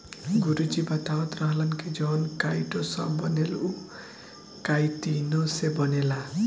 गुरु जी बतावत रहलन की जवन काइटो सभ बनेला उ काइतीने से बनेला